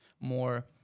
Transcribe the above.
more